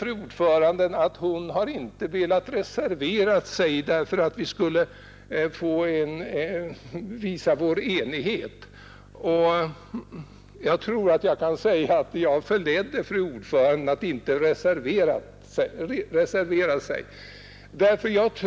Fru ordföranden säger att hon inte velat reservera sig därför att vi skulle visa vår enighet. Jag tror att jag kan säga att jag förledde fru ordföranden till att inte reservera sig.